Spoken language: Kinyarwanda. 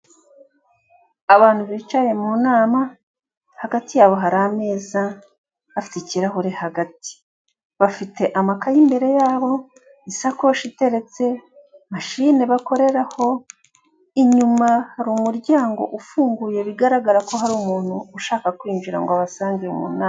Abantu bicaye mu nama hagati yabo hari ameza afite ikirahure hagati, bafite amakaye imbere yabo, isakoshi iteretse, mashine bakoreraho, inyuma hari umuryango ufunguye bigaragara ko hari umuntu ushaka kwinjira ngo abasange mu nama.